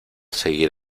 seguir